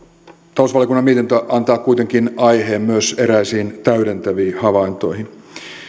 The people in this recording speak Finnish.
talousvaliokunnan mietintö antaa kuitenkin aiheen myös eräisiin täydentäviin havaintoihin